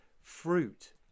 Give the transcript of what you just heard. fruit